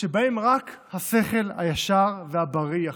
שבהם רק השכל הישר והבריא יכריע.